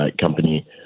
company